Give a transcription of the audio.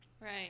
Right